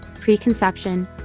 preconception